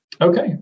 Okay